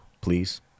Please